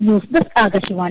news desk Akashvani